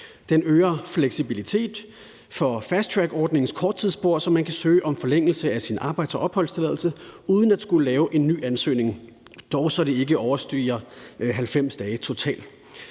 Det øger fleksibiliteten for fasttrackordningens korttidsspor, så man kan søge om forlængelse af sin arbejds- og opholdstilladelse uden at skulle lave en ny ansøgning, dog så det ikke overstiger 90 dage totalt.